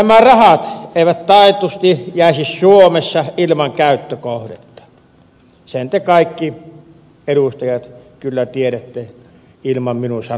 nämä rahat eivät taatusti jäisi suomessa ilman käyttökohdetta sen te kaikki edustajat kyllä tiedätte ilman minun sanomattakin